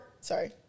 Sorry